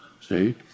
see